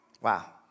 Wow